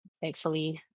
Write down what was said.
thankfully